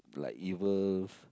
like evil